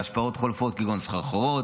מהשפעות חולפות כגון סחרחורות,